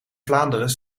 vlaanderen